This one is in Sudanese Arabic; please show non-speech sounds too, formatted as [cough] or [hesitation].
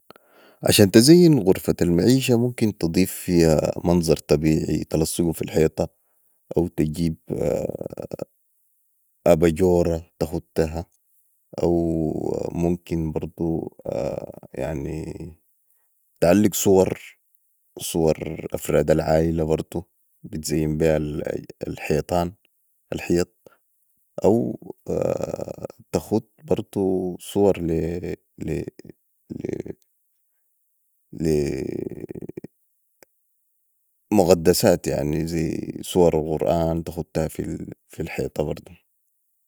عشان تزين غرفة المعيشية ممكن تضيف فيها منظر طبيعي تلصقو في الحيطه او تجيب ابجورة تختها او ممكن برضو يعني تعلق صور صور افراد العائلة تزين بيها الحيطان الحيط او تخت صور لي [hesitation] مقدسات زي صور القرآن تختها في الحيطه برضو